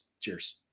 Cheers